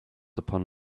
upon